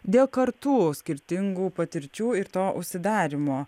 dėl kartų skirtingų patirčių ir to užsidarymo